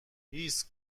هیس